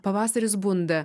pavasaris bunda